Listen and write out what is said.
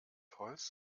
holz